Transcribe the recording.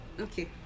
Okay